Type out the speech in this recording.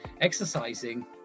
exercising